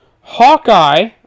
Hawkeye